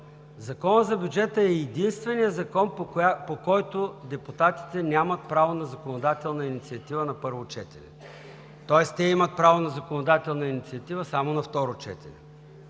Законът за бюджета е единственият закон, по който депутатите нямат право на законодателна инициатива на първо четене, тоест те имат право на законодателна инициатива само на второ четене.